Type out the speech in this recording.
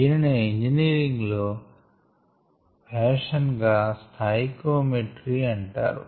దీనినే ఇంజినీరింగ్ లో ఫ్యాషన్ గా స్టాయికియోమెట్రీ అంటారు